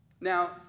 Now